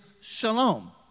shalom